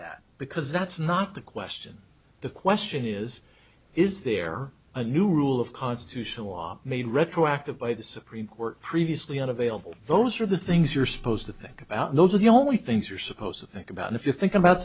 that because that's not the question the question is is there a new rule of constitutional law made retroactive by the supreme court previously unavailable those are the things you're supposed to think about and those are the only things are supposed to think about if you think about